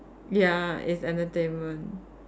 ya it's entertainment